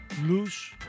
loose